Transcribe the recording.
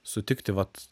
sutikti vat